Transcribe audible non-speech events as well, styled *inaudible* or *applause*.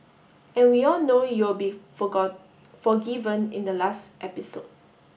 and we all know you'll be *unintelligible* forgiven in the last episode